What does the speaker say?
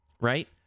right